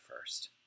first